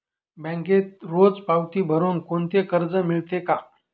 बँकेत रोज पावती भरुन कोणते कर्ज मिळते का?